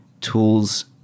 Tools